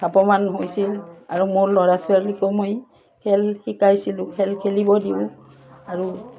ধাৱমান হৈছিল আৰু মোৰ ল'ৰা ছোৱালীকো মই খেল শিকাইছিলোঁ খেল খেলিব দিওঁ আৰু